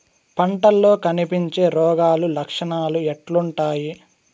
పంటల్లో కనిపించే రోగాలు లక్షణాలు ఎట్లుంటాయి?